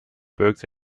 books